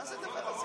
מה זה הדבר הזה?